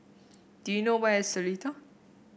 do you know where is Seletar